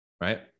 Right